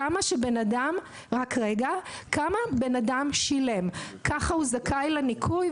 כמה בן אדם שילם כך הוא זכאי לניכוי.